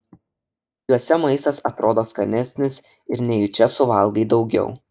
juose maistas atrodo skanesnis ir nejučia suvalgai daugiau